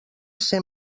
ser